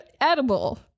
edible